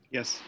Yes